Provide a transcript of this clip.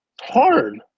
Hard